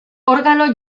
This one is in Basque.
organo